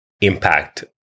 impact